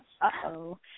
Uh-oh